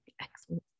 Excellent